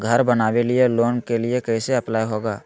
घर बनावे लिय लोन के लिए कैसे अप्लाई होगा?